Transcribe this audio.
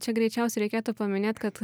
čia greičiausiai reikėtų paminėt kad